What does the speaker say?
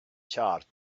charred